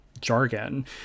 jargon